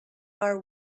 are